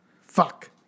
Fuck